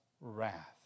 wrath